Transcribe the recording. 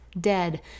dead